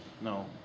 No